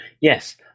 Yes